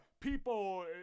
People